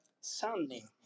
sunny